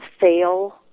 fail